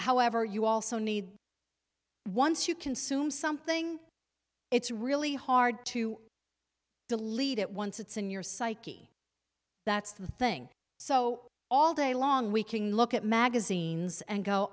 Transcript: however you also need once you consume something it's really hard to delete it once it's in your psyche that's the thing so all day long we can look at magazines and go